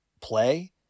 play